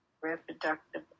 reproductive